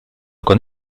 con